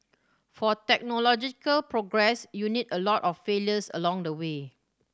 for technological progress you need a lot of failures along the way